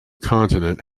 continent